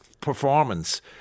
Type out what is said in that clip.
performance